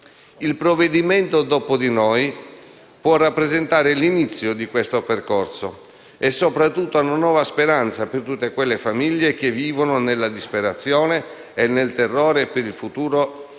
Il provvedimento "dopo di noi" può rappresentare l'inizio di questo percorso e, soprattutto, una nuova speranza per tutte le famiglie che vivono nella disperazione e nel terrore del futuro